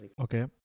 Okay